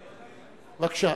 בבקשה.